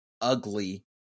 ugly